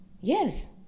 yes